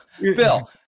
Bill